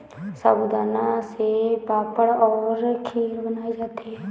साबूदाना से पापड़ और खीर बनाई जाती है